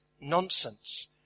nonsense